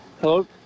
Hello